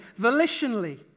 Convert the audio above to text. volitionally